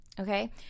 Okay